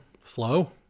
flow